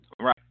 Right